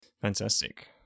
Fantastic